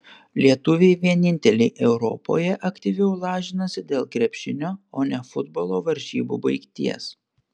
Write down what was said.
lietuviai vieninteliai europoje aktyviau lažinasi dėl krepšinio o ne futbolo varžybų baigties